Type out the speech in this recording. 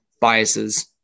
biases